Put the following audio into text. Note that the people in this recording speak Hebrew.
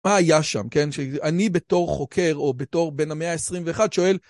מה היה שם, כן, שאני בתור חוקר או בתור בן המאה ה-21 שואל...